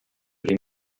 dem